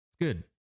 Good